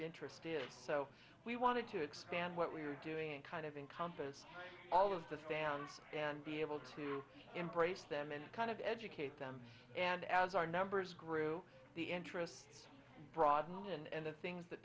interested so we wanted to expand what we're doing and kind of encompass all of the fans and be able to embrace them and kind of educate them and as our numbers grew the interest broaden and the things that